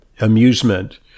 amusement